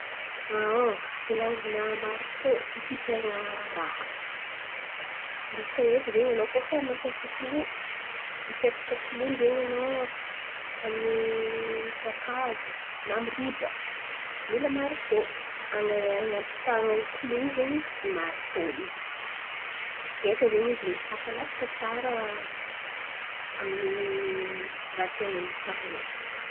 Ilàvan̈a maritô, fapipehan̈a raha. Intsaka eky zen̈y anao koa fa mampiasa kilo, hipepaka kilo zen̈y anao amin'ny kakazo na amin'ny riba, mila maritô. An̈a- an̈apitahan̈a i kilo io zen̈y i maritô io zen̈y. Beka zen̈y izy afalatsaka tsara amin'ny raha tian̈a andatsahan̈a izy.